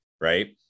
right